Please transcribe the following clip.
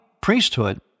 priesthood